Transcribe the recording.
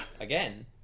Again